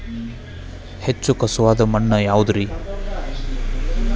ಹೆಚ್ಚು ಖಸುವಾದ ಮಣ್ಣು ಯಾವುದು ರಿ?